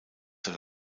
zur